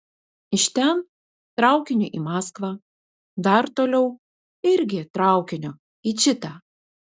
iš ten traukiniu į maskvą dar toliau irgi traukiniu į čitą